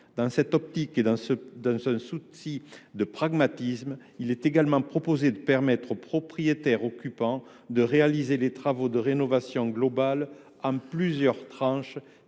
Dans cette perspective et dans un souci de pragmatisme, il est également proposé de permettre au propriétaire occupant de réaliser les travaux de rénovation globale en plusieurs tranches,